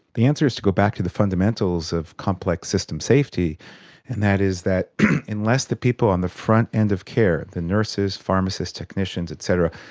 the answer is to go back to the fundamentals of complex system safety and that is that unless the people on the front end of care, the nurses, pharmacists, technicians et cetera,